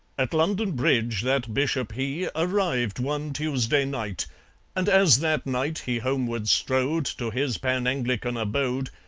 at london bridge that bishop he arrived one tuesday night and as that night he homeward strode to his pan-anglican abode,